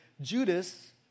Judas